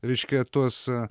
reiškia tuos